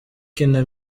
kina